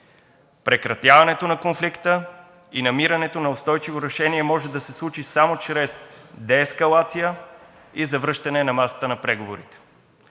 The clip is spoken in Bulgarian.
Прекратяването на конфликта и намирането на устойчиво решение може да се случи само чрез деескалация и завръщане на масата на преговорите.